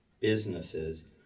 businesses